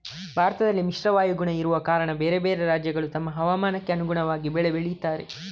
ಭಾರತದಲ್ಲಿ ಮಿಶ್ರ ವಾಯುಗುಣ ಇರುವ ಕಾರಣ ಬೇರೆ ಬೇರೆ ರಾಜ್ಯಗಳು ತಮ್ಮ ಹವಾಮಾನಕ್ಕೆ ಅನುಗುಣವಾಗಿ ಬೆಳೆ ಬೆಳೀತಾರೆ